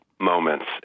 moments